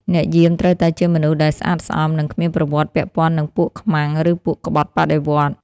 អ្នកយាមត្រូវតែជាមនុស្សដែលស្អាតស្អំ និងគ្មានប្រវត្តិពាក់ព័ន្ធនឹងពួកខ្មាំង ឬពួកក្បត់បដិវត្តន៍។